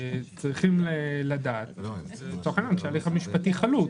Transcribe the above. צריכים לדעת שההליך המשפטי חלוט.